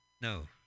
No